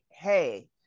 hey